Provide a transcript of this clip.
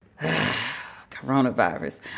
Coronavirus